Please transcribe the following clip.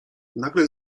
nagle